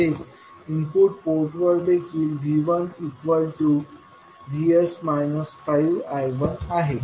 तसेच इनपुट पोर्टवर देखील V1VS 5I1आहे